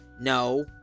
No